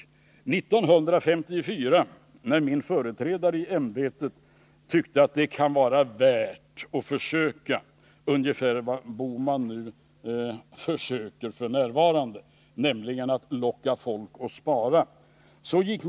År 1954, i den tidens låga ränteläge på 4-5 96, gjorde staten en subventionerad obligationsutgåva.